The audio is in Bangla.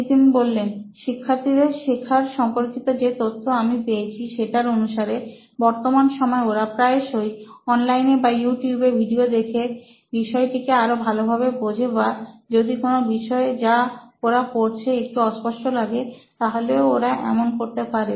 নিতিন শিক্ষার্থীদের শেখার সম্পর্কিত যে তথ্য আমি পেয়েছি সেটার অনুসারে বর্তমান সময়ে ওরা প্রায়শই অনলাইনে বা ইউ টিউবে ভিডিও দেখে বিষয়টিকে আরও ভালোভাবে বোঝে বা যদি কোনো বিষয় যা ওরা পড়ছে একটু অস্পষ্ট লাগছে তাহলেও ওরা এমন করতে পারে